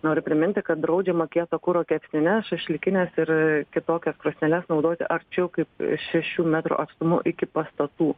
noriu priminti kad draudžiama kieto kuro kepsnines šašlykines ir kitokias krosneles naudoti arčiau kaip šešių metrų atstumu iki pastatų